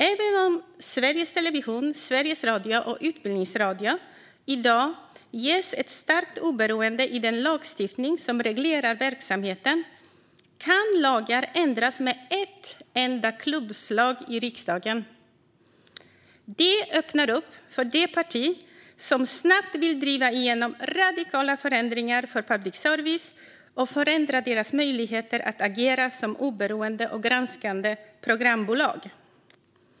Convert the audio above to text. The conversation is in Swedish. Även om Sveriges Television, Sveriges Radio och Utbildningsradion i dag ges ett starkt oberoende i den lagstiftning som reglerar verksamheten kan lagar ändras med ett enda klubbslag i riksdagen. Det öppnar upp för det parti som snabbt vill driva igenom radikala förändringar för public service och förändra dess möjligheter att agera som oberoende och granskande programbolag.